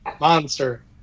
monster